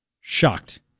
Shocked